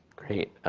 great.